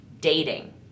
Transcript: dating